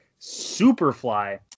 superfly